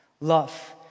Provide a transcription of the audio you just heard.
love